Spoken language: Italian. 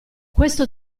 questo